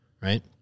right